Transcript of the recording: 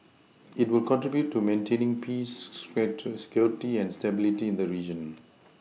it will contribute to maintaining peace security and stability in the region